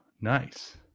nice